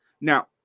now